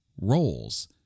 roles